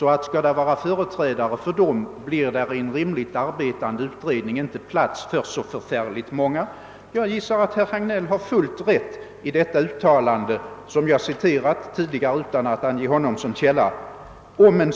att det i en utredning med rimliga arbetsformer just inte blir plats för andra än representanter för dessa organisationer. Jag gissar att herr Hagnell har helt rätt i det uttalande, som jag citerade tidigare utan att ange honom som källa.